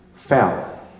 Fell